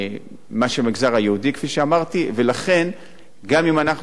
לכן גם אם אנחנו נאמר, בונים עכשיו עשרה מוסדות,